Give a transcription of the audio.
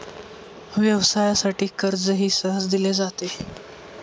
व्यवसायासाठी कर्जही सहज दिले जाते